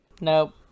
Nope